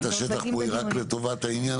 השטח פה היא לא רק לטובת העניין הזה?